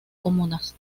comunas